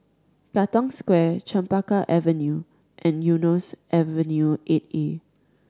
Katong Square Chempaka Avenue and Eunos Avenue Eight A